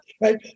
right